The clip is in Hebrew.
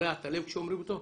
שקורע את הלב כשאומרים אותו,